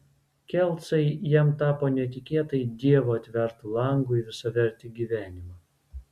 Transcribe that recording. kelcai jam tapo netikėtai dievo atvertu langu į visavertį gyvenimą